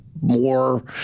more